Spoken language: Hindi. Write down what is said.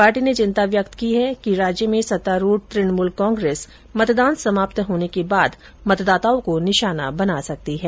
पार्टी ने चिंता व्यक्त की है कि राज्य में सत्तारूढ़ तृणमूल कांग्रेस मतदान समाप्त होने के बाद मतदाताओं को निशाना बना सकती है